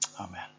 amen